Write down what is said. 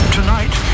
Tonight